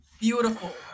beautiful